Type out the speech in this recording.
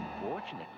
Unfortunately